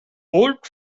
old